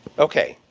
okay.